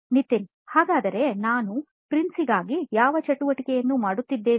ನಿತಿನ್ ಹಾಗಾದರೆ ನಾವು ಪ್ರಿನ್ಸ್ಗಾಗಿ ಯಾವ ಚಟುವಟಿಕೆಯನ್ನು ಮಾಡುತ್ತಿದ್ದೇವೆ